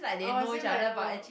orh it seems I know